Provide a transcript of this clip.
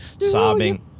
sobbing